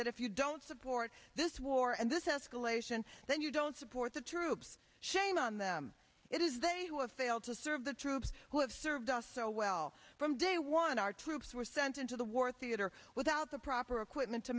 that if you don't support this war and this has collation then you don't support the troops shame on them it is they who have failed to serve the troops who have served us so well from day one our troops were sent into the war theater without the proper equipment to